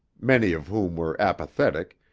many of whom were apathetic,